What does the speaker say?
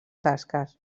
tasques